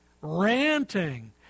ranting